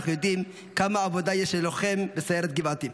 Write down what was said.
אנחנו יודעים כמה עבודה יש ללוחם בסיירת גבעתי.